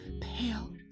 Pale